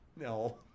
No